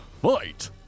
fight